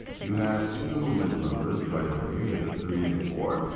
you have two middle numbers right over here. you have the three and the four.